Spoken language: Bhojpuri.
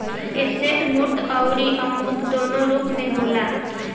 एसेट मूर्त अउरी अमूर्त दूनो रूप में होला